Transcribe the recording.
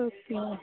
okay